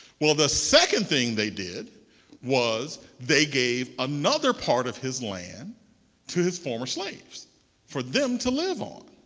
well, the second thing they did was they gave another part of his land to his former slaves for them to live on.